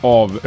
av